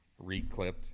reclipped